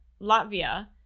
Latvia